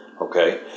Okay